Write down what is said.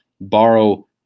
borrow